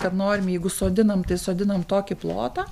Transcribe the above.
kad norim jeigu sodinam sodinam tokį plotą